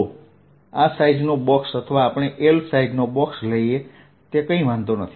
તો આ સાઇઝનો બોક્સ અથવા આપણે L સાઇઝ નો બોક્સ લઈએ તે કંઈ વાંધો નથી